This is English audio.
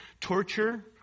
torture